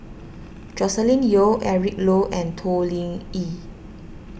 Joscelin Yeo Eric Low and Toh Lingyi